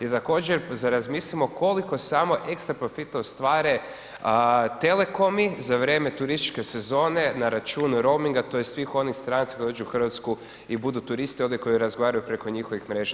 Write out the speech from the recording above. I također da razmislimo koliko samo ekstra profita ostvare telekomi za vrijeme turističke sezone na račun rominga tj. svih onih stranaca koji dođu u RH i budu turisti ovdje i koji razgovaraju preko njihovih mreža.